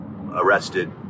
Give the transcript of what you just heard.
arrested